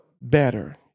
better